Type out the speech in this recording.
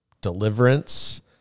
deliverance